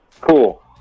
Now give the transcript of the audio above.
Cool